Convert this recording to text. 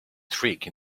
trick